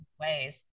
ways